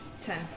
Ten